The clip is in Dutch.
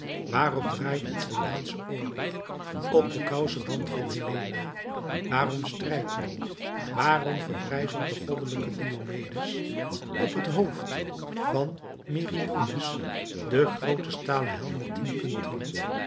waarop draait de trojaansche oorlog op den kouseband van helena waarom strijdt men waarom verbrijzelt de goddelijke diomedus op het hoofd van merionus den grooten stalen helm met tien punten